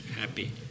happy